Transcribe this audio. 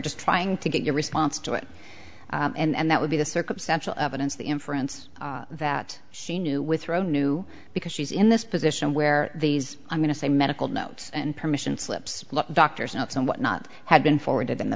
just trying to get your response to it and that would be the circumstantial evidence the inference that she knew with her own new because she's in this position where these i'm going to say medical notes and permission slips doctor's notes and whatnot had been forwarded in the